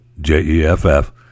j-e-f-f